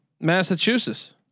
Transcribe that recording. Massachusetts